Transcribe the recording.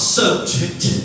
subject